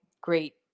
great